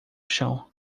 chão